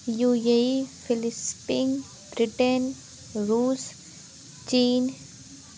you A E फ़िलिसटीन Britain रूस चीन